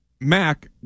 Mac